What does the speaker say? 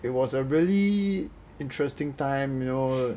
it was a really interesting time you know